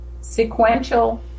sequential